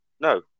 no